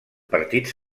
partits